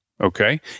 okay